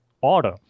order